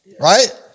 right